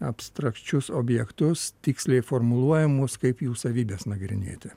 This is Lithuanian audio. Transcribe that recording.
abstrakčius objektus tiksliai formuluojamus kaip jų savybes nagrinėti